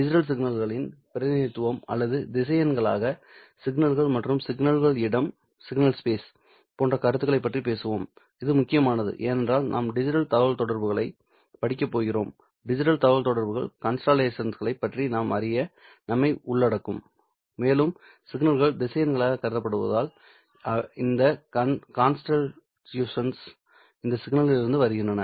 digital சிக்னல்களின் பிரதிநிதித்துவம் அல்லது திசையன்களாக சிக்னல்கள் மற்றும் சிக்னல் இடம் போன்ற கருத்துகளைப் பற்றி பேசுவோம் இது முக்கியமானதுஏனென்றால் நாம் டிஜிட்டல் தகவல்தொடர்புகளைப் படிக்கப் போகிறோம் டிஜிட்டல் தகவல்தொடர்புகள் கன்ஸ்டல்லேஷன்களைப் பற்றி அறிய நம்மை உள்ளடக்கும் மேலும் சிக்னல்கள் திசையன்களாக கருதப்படுவதால் இந்த கான்ஸ்ட்யூசன்கள் இந்த சிக்னல்களிலிருந்து வருகின்றன